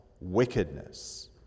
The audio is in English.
wickedness